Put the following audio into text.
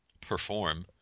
perform –